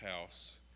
house